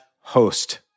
host